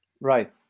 Right